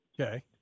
Okay